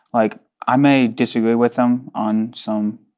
like, i may disagree with them on some